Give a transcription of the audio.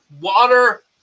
water